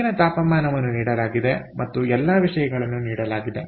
ಹೊರಗಿನ ತಾಪಮಾನವನ್ನು ನೀಡಲಾಗಿದೆ ಮತ್ತು ಎಲ್ಲಾ ವಿಷಯಗಳನ್ನು ನೀಡಲಾಗಿದೆ